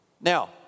now